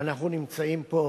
אנחנו נמצאים פה